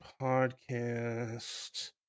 podcast